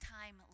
time